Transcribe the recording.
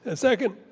ah second,